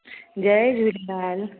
Jay Jhulelal